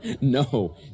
No